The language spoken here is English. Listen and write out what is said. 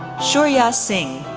shourya singh,